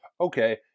okay